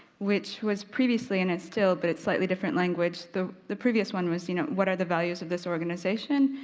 which was previously and is still, but it's slightly different language. the the previous one was, you know what are the values of this organisation?